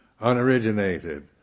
unoriginated